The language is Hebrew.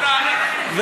לא, לא, לא.